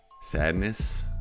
sadness